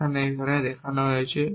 যেমন এটি এখানে দেখানো হয়েছে